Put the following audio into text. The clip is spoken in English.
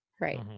right